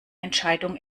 entscheidung